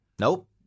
Nope